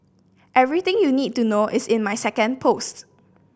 everything you need to know is in my second post